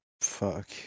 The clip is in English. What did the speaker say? Fuck